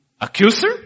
accuser